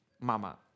Mama